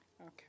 Okay